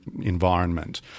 environment